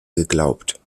geglaubt